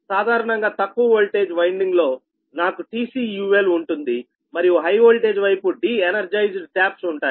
సాధారణంగా తక్కువ వోల్టేజ్ వైండింగ్లో నాకు TCUL ఉంటుంది మరియు హై వోల్టేజ్ వైపు డి ఎనర్జైజ్డ్ ట్యాప్స్ ఉంటాయి